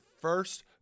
first